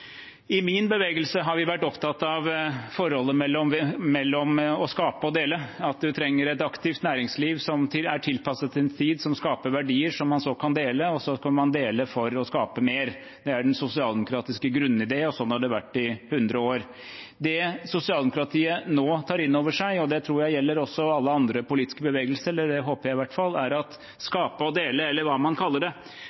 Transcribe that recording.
I min bevegelse har vi vært opptatt av forholdet mellom å skape og å dele – at vi trenger et aktivt næringsliv som er tilpasset tiden, som skaper verdier som man kan dele, og så skal man dele for å skape mer. Det er den sosialdemokratiske grunnidéen, og sånn har det vært i hundre år. Det sosialdemokratiet nå tar inn over seg, og det tror jeg også gjelder alle andre politiske bevegelser – eller det håper jeg i hvert fall – er at